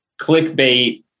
clickbait